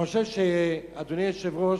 אדוני היושב-ראש,